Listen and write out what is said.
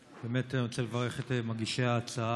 באמת אני רוצה לברך את מגישי ההצעה.